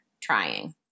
trying